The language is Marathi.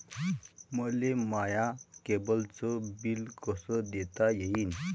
मले माया केबलचं बिल कस देता येईन?